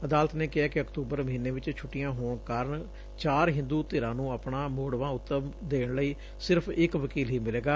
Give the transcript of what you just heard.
ਅਦਾਲਤ ਨੇ ਕਿਹੈ ਕਿ ਅਕਤੁਬਰ ਮਹੀਨੇ ਚ ਛੁਟੀਆਂ ਹੋਣ ਕਾਰਨ ਚਾਰ ਹਿੰਦੁ ਧਿਰਾਂ ਨੂੰ ਆਪਣਾ ਮੋੜਵਾਂ ਉੱਤਰ ਦੇਣ ਲਈ ਸਿਰਫ਼ ਇਕ ਵੇਕੀਲ ਹੀ ਮਿਲੇਗਾ